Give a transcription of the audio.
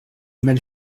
mal